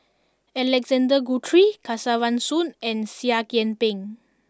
Alexander Guthrie Kesavan Soon and Seah Kian Peng